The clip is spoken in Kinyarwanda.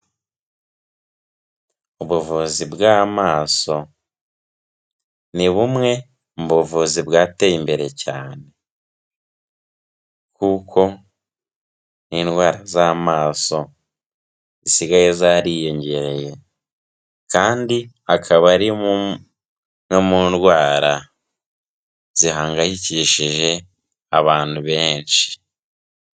Ubuvuzi bw'amaso ni bumwe mu buvuzi bwateye imbere cyane, kuko n'indwara z'amaso zisigaye zariyongereye kandi akaba ari no mu ndwara zihangayikishije abantu benshi.